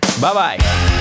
Bye-bye